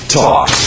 talk